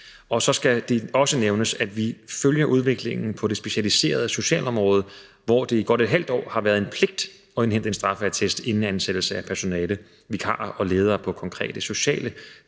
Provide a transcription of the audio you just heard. Så skal det også nævnes, at vi følger udviklingen på det specialiserede socialområde, hvor det i godt et halvt år har været en pligt at indhente en straffeattest inden ansættelse af personale, vikarer og ledere på konkrete sociale